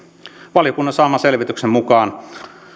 valiokunnan saaman selvityksen mukaan